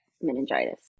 meningitis